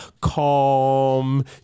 calm